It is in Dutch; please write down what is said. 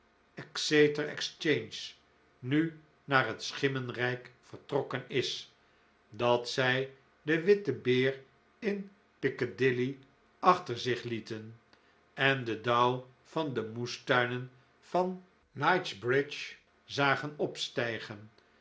exchange nu naar het schimmenrijk vertrokken is dat zij de witte beer in piccadilly achter zich lieten en den dauw van de moestuinen van knightsbridge zagen opstijgen